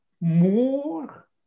more